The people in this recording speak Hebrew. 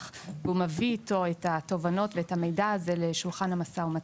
והוא מביא אתו את התובנות ואת המידע הזה לשולחן המשא ומתן.